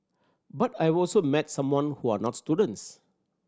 but I've also met some who are not students